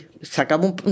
sacamos